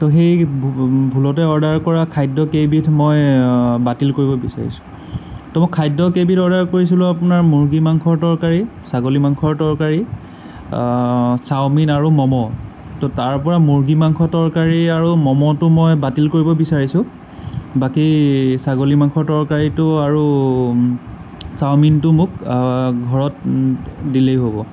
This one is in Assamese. তো সেই ভূলতে অৰ্ডাৰ কৰা খাদ্যকেইবিধ মই বাতিল কৰিব বিচাৰিছোঁ তো মই খাদ্যকেইবিধ অৰ্ডাৰ কৰিছিলোঁ আপোনাৰ মুৰ্গীৰ মাংসৰ তৰকাৰী ছাগলী মাংসৰ তৰকাৰী চাওমিন আৰু ম'ম' তো তাৰপৰা মুৰ্গীৰ মাংসৰ তৰকাৰী আৰু ম'ম'টো মই বাতিল কৰিব বিচাৰিছোঁ বাকী ছাগলী মাংসৰ তৰকাৰীটো আৰু চাওমিনটো মোক ঘৰত দিলেই হ'ব